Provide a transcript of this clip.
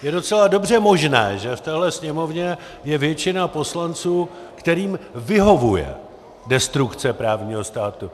Je docela dobře možné, že v téhle Sněmovně je většina poslanců, kterým vyhovuje destrukce právního státu.